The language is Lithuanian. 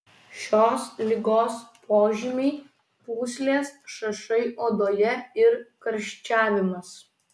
šios ligos požymiai pūslės šašai odoje ir karščiavimas